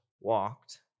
walked